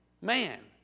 man